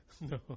No